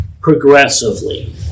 progressively